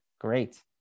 Great